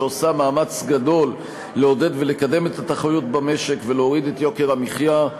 שעושה מאמץ גדול לעודד ולקדם את התחרות במשק ולהוריד את יוקר המחיה.